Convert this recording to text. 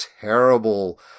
terrible